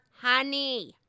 honey